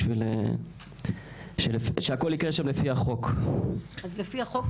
כדי שהכל יקרה שם לפי החוק.